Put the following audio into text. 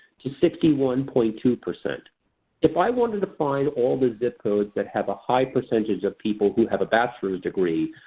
to sixty one point two. if i wanted to find all the zip codes that have a high percentage of people who have a bachelor's degree,